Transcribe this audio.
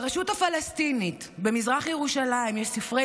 ברשות הפלסטינית במזרח ירושלים יש ספרי